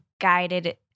guided